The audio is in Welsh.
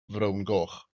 frowngoch